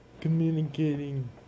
communicating